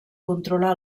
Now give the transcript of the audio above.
controlar